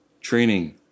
Training